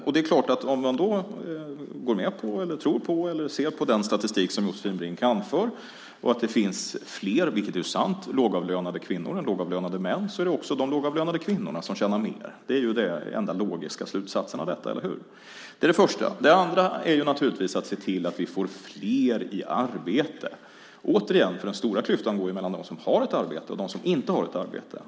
Om man då går med på eller tror på eller ser på den statistik som Josefin Brink anför och går med på att det finns fler, vilket är sant, lågavlönade kvinnor än lågavlönade män är det också de lågavlönade kvinnorna som tjänar mer. Det är den enda logiska slutsatsen av detta. Eller hur? Det är det första. Det andra handlar naturligtvis om att se till att vi får fler i arbete - återigen. Den stora klyftan går ju mellan dem som har ett arbete och dem som inte har ett arbete.